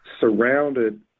surrounded